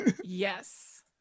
Yes